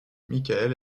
michaël